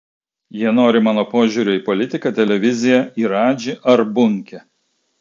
jie nori mano požiūrio į politiką televiziją į radžį ar bunkę